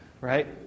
Right